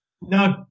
No